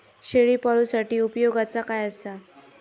शेळीपाळूसाठी उपयोगाचा काय असा?